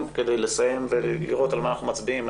כדי לסיים ולראות על מה אנחנו מצביעים.